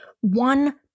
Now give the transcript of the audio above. one